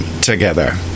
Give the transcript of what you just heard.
together